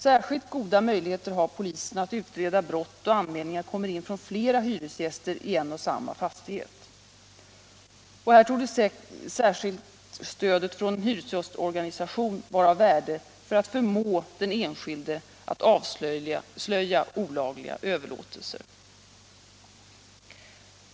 Särskilt goda möjligheter har polisen att utreda brott då anmälningar kommer in från flera hyresgäster i en och samma fastighet. Här torde särskilt stödet från en hyresgästorganisation vara av värde för att förmå den enskilde att avslöja olagliga överlåtelser.